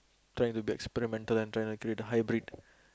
trying to get experimental and trying to create a hybrid